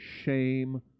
shame